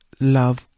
love